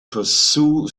pursue